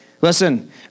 Listen